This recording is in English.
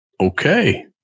Okay